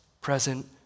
present